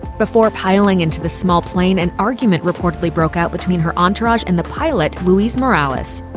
before piling into the small plane, an argument reportedly broke out between her entourage and the pilot, luis morales.